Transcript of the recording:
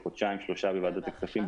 היינו לפני כחודשיים-שלושה בוועדת הכספים,